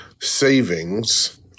savings